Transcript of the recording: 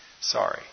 Sorry